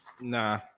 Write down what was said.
Nah